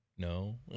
No